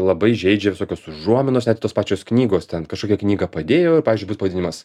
labai žeidžia visokios užuominos net tos pačios knygos ten kažkokią knygą padėjoir pavyzdžiui bus pavadinimas